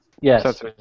Yes